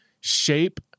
shape